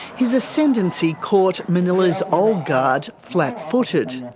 his ascendancy caught manila's old guard flat-footed.